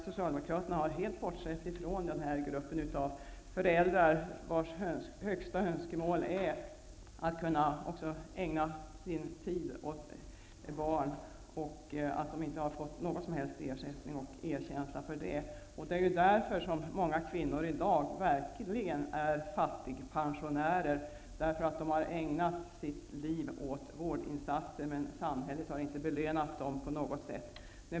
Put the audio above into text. Socialdemokraterna har helt bortsett från den grupp av föräldrar vars största önskemål är att kunna ägna sin tid åt barnen men som inte har fått någon som helst ersättning och erkänsla för det. I dag är många kvinnor verkligen fattigpensionärer, eftersom de har ägnat sitt liv åt vårdinsatser utan att samhället har belönat dem på något sätt.